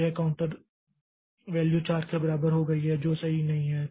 तो यह counter value 4 के बराबर हो गई है जो सही नहीं है